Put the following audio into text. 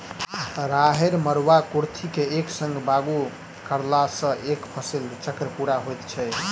राहैड़, मरूआ, कुर्थी के एक संग बागु करलासॅ एक फसिल चक्र पूरा होइत छै